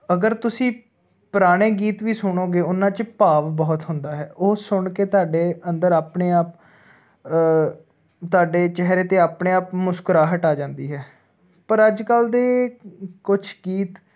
ਅਗਰ ਤੁਸੀਂ ਪੁਰਾਣੇ ਗੀਤ ਵੀ ਸੁਣੋਗੇ ਉਹਨਾਂ 'ਚ ਭਾਵ ਬਹੁਤ ਹੁੰਦਾ ਹੈ ਉਹ ਸੁਣ ਕੇ ਤੁਹਾਡੇ ਅੰਦਰ ਆਪਣੇ ਆਪ ਤੁਹਾਡੇ ਚਿਹਰੇ 'ਤੇ ਆਪਣੇ ਆਪ ਮੁਸਕਰਾਹਟ ਆ ਜਾਂਦੀ ਹੈ ਪਰ ਅੱਜ ਕੱਲ੍ਹ ਦੇ ਕੁਝ ਗੀਤ